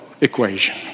equation